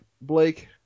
Blake